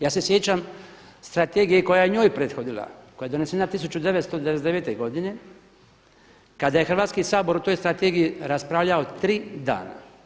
Ja se sjećam strategije koja je njoj prethodila koja je donesena 1999. godine kada je Hrvatski sabor o toj strategiji raspravljao tri dana.